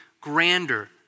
grander